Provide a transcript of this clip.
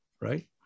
right